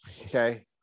Okay